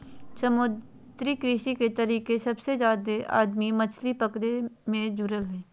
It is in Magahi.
समुद्री कृषि के तरीके सबसे जादे आदमी मछली पकड़े मे जुड़ल हइ